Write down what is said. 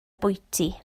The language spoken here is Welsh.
bwyty